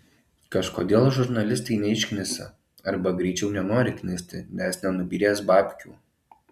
kažkodėl žurnalistai neišknisa arba greičiau nenori knisti nes nenubyrės babkių